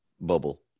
bubble